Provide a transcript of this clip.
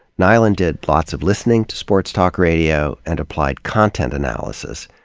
nylund did lots of listening to sports talk radio, and applied content analysis.